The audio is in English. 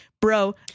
bro